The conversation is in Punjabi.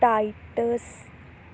ਟਾਈਟਸ